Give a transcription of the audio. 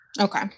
okay